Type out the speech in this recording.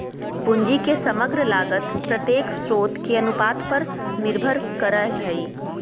पूंजी के समग्र लागत प्रत्येक स्रोत के अनुपात पर निर्भर करय हइ